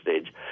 stage